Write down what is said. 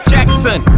Jackson